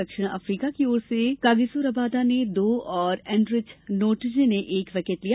दक्षिण अफ्रीका की ओर से कागिसो रबादा ने दो और एनरिच नोर्टजे ने एक विकेट लिया